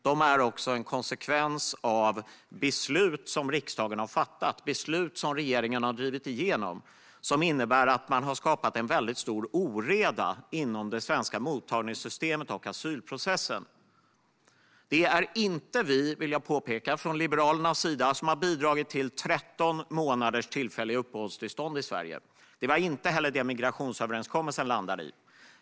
De är också en konsekvens av beslut som riksdagen har fattat och som regeringen har drivit igenom. Dessa beslut har inneburit att man skapat en väldigt stor oreda inom mottagningssystemet och asylprocessen i Sverige. Jag vill påpeka att det inte är Liberalerna som har bidragit till att det i Sverige finns tillfälliga uppehållstillstånd på 13 månader. Det var inte heller det migrationsöverenskommelsen landade i.